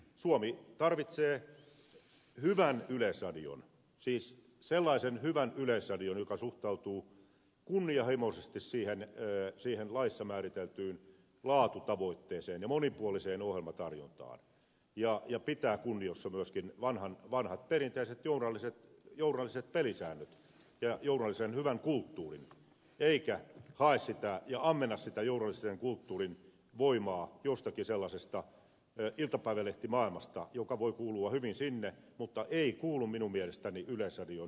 suomi tarvitsee hyvän yleisradion siis sellaisen hyvän yleisradion joka suhtautuu kunnianhimoisesti siihen laissa määriteltyyn laatutavoitteeseen ja monipuoliseen ohjelmatarjontaan ja pitää kunniassa myöskin vanhat perinteiset journalistiset pelisäännöt ja journalistisen hyvän kulttuurin eikä hae ja ammenna sitä journalistisen kulttuurin voimaa jostakin sellaisesta iltapäivälehtimaailmasta joka voi kuulua hyvin sinne mutta ei kuulu minun mielestäni yleisradioon